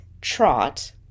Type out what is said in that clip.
trot